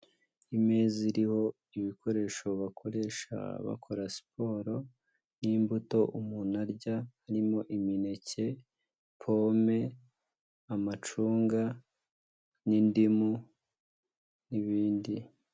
Imeza iriho ibikoresho bakoresha bakora siporo n'imbuto umuntu arya, harimo imineke, pome, amacunga n'indimu n'ibindi.